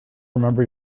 remember